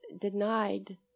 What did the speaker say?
denied